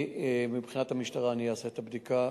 מבחינת המשטרה אני אעשה את הבדיקה,